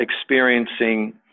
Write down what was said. experiencing